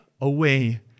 away